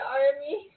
army